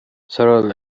cyril